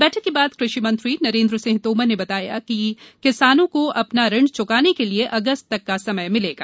बैठक के बाद कृषि मंत्री नरेंद्र सिंह तोमर ने बताया कि कहा कि किसानों को अपना ऋण चुकाने के लिए अगस्त तक का समय मिलेगा